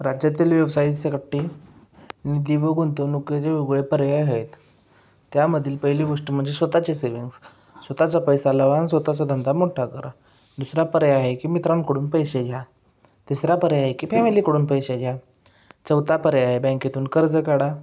राज्यातील व्यवसायाच्या गुंतवणुकीचे वेगवेगळे पर्याय आहेत त्यामधील पहिली गोष्ट म्हणजे स्वतःचे सेव्हिंग्ज स्वतःचा पैसा लावा आणि स्वतःचा धंदा मोठा करा दुसरा पर्याय आहे की मित्रांकडून पैसे घ्या तिसरा पर्याय आहे की फॅमिलीकडून पैसे घ्या चौथा पर्याय आहे बँकेतून कर्ज काढा